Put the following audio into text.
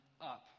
up